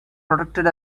protected